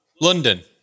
London